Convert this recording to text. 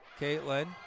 Caitlin